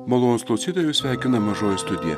malonūs klausytojai jus sveikina mažoji studija